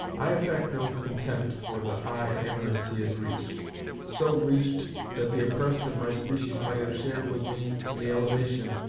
i affect no contempt for the high eminence he has reached so reached that the oppressed of my species might have shared with me in the elevation,